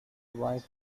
white